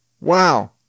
Wow